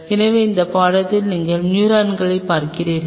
எனவே இந்த படத்தை நீங்கள் நியூரான்கள் பார்க்கிறீர்கள்